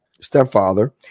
stepfather